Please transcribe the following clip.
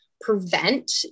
prevent